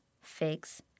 figs